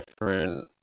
different